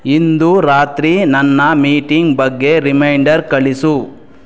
ಇಂದು ರಾತ್ರಿ ನನ್ನ ಮೀಟಿಂಗ್ ಬಗ್ಗೆ ರಿಮೈಂಡರ್ ಕಳಿಸು